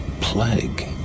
plague